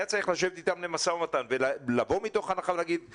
היה צריך לשבת איתם למשא ומתן ולומר חברים,